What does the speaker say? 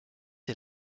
est